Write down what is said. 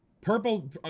Purple